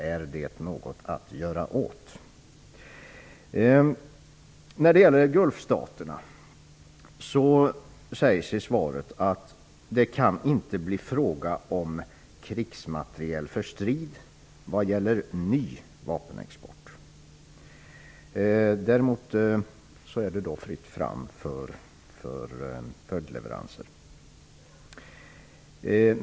Går det att göra något åt det? I svaret sägs vad gäller ny vapenexport att det inte kan bli fråga om krigsmateriel för strid till Gulfstaterna, däremot är det fritt fram för följdleveranser.